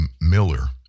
Miller